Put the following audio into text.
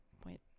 point